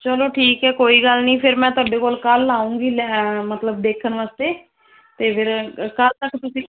ਚੱਲੋ ਠੀਕ ਹੈ ਕੋਈ ਗੱਲ ਨਹੀਂ ਫਿਰ ਮੈਂ ਤੁਹਾਡੇ ਕੋਲ ਕੱਲ੍ਹ ਆਵਾਗੀ ਲੈ ਮਤਲਬ ਦੇਖਣ ਵਾਸਤੇ ਅਤੇ ਫਿਰ ਕੱਲ੍ਹ ਤੱਕ ਤੁਸੀਂ